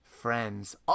friends